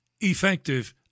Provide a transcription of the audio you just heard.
effective